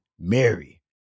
Mary